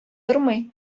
тормый